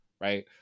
Right